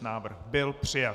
Návrh byl přijat.